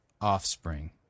offspring